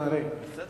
אדוני השר,